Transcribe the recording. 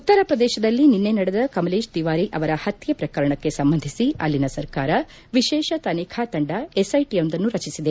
ಉತ್ತರ ಪ್ರದೇಶದಲ್ಲಿ ನಿನ್ನೆ ನಡೆದ ಕಮಲೇಶ್ ತಿವಾರಿ ಅವರ ಪತ್ತೆ ಪ್ರಕರಣಕ್ಕೆ ಸಂಬಂಧಿಸಿ ಅಲ್ಲಿನ ಸರ್ಕಾರ ವಿಶೇಷ ತನಿಖಾ ತಂಡ ಎಸ್ಐಟಿಯೊಂದನ್ನು ರಚಿಸಿದೆ